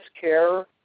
care